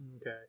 Okay